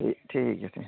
ᱴᱷᱤᱠ ᱴᱷᱤᱠ ᱜᱮᱭᱟ